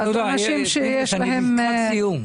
אימאן ח'טיב יאסין (רע"מ,